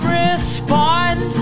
respond